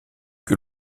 que